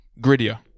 grittier